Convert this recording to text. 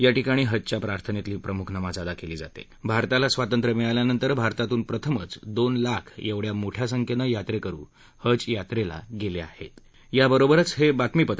याठिकाणी हज च्या प्रार्थनक्षी प्रमुख नमाज अदा क्ली जात आरताला स्वातंत्र्य मिळाल्यानंतर भारतातून प्रथमच दोन लाख एवढ्या मोठ्या संख्यती यात्रक्रि हज यात्रली गलिछाहत्त्